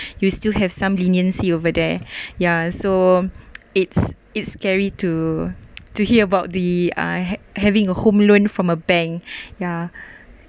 you still have some leniency over there ya so it's it's scary to to hear about the uh having a home loan from a bank ya